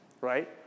right